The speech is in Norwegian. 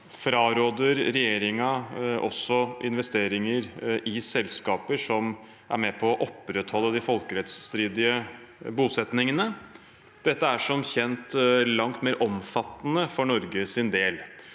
Fraråder regjeringen også investeringer i selskaper som er med på å opprettholde de folkerettsstridige bosettingene? Dette er som kjent langt mer omfattende for Norges del.